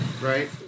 Right